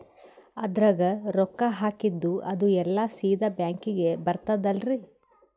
ಅದ್ರಗ ರೊಕ್ಕ ಹಾಕಿದ್ದು ಅದು ಎಲ್ಲಾ ಸೀದಾ ಬ್ಯಾಂಕಿಗಿ ಬರ್ತದಲ್ರಿ?